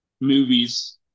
movies